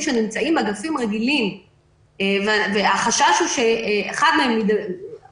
שנמצאים באגפים רגילים והחשש הוא שאחד מהם